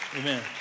Amen